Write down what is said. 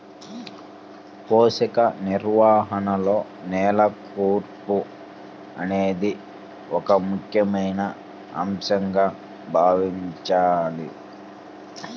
పోషక నిర్వహణలో నేల కూర్పు అనేది ఒక ముఖ్యమైన అంశంగా భావించాలి